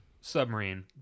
submarine